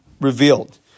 revealed